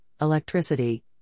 electricity